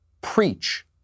preach